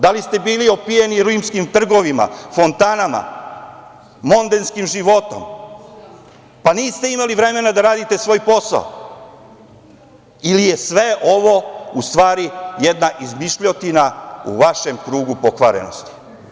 Da li ste bili opijeni rimskim trgovima, fontanama, mondenskim životom, pa niste imali vremena da radite svoj posao ili je sve ovo u stvari jedna izmišljotina u vašem krugu pokvarenosti?